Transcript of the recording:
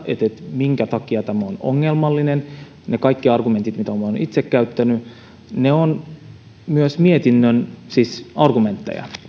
minkä takia tämä on ongelmallinen ne kaikki argumentit mitä olen itse käyttänyt ovat siis myös mietinnön argumentteja